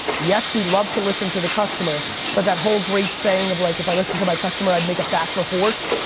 yes, we love to listen to the customer but that whole great saying of like if i listen to my customer i'd make a faster horse,